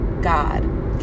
God